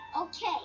Okay